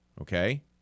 okay